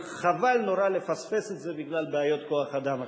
חבל נורא לפספס את זה בגלל בעיות כוח-אדם עכשיו.